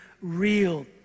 real